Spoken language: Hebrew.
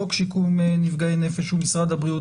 חוק שיקום נפגעי נפש הוא משרד הבריאות.